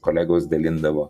kolegos dalindavo